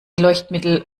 leuchtmittel